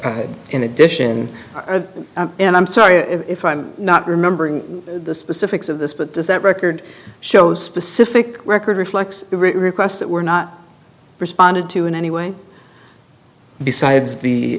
in addition and i'm sorry if i'm not remembering the specifics of this but this that record shows specific record reflects requests that were not responded to in any way besides the